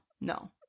No